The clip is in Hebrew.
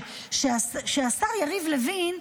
שהשר יריב לוין,